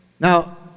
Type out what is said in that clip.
Now